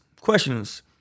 questions